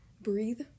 breathe